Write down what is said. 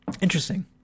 Interesting